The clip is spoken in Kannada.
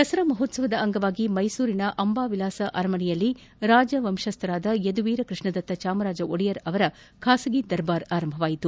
ದಸರಾ ಮಹೋತ್ಸವ ಅಂಗವಾಗಿ ಮೈಸೂರಿನ ಅಂಬಾವಿಲಾಸ ಅರಮನೆಯಲ್ಲಿ ರಾಜವಂಶಸ್ತ ಯದುವೀರ್ ಕೃಷ್ಣದತ್ತ ಚಾಮರಾಜ ಒಡೆಯರ್ ಅವರ ಖಾಸಗಿ ದರ್ಬಾರ್ ಆರಂಭವಾಗಿದೆ